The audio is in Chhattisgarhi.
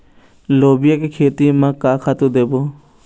लोबिया के खेती म का खातू देबो?